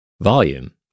Volume